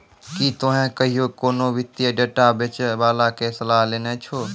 कि तोहें कहियो कोनो वित्तीय डेटा बेचै बाला के सलाह लेने छो?